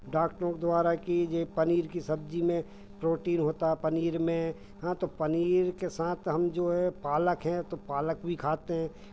डाक्टरों के द्वारा कि जो पनीर की सब्जी में प्रोटीन होता है पनीर में हाँ तो पनीर के साथ हम जो है पालक हैं तो पालक भी खाते हैं